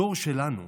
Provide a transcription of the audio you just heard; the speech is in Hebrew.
הדור שלנו,